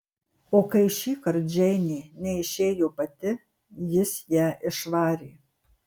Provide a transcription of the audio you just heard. o kai šįkart džeinė neišėjo pati jis ją išvarė